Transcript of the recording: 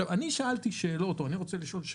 אני שאלתי ואני רוצה לשאול: